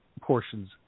portions